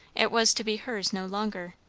it was to be hers no longer.